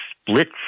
split